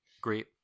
great